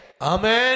Amen